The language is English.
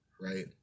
right